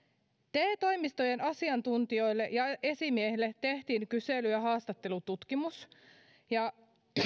te toimistojen asiantuntijoille ja esimiehille tehtiin kysely ja haastattelututkimus ja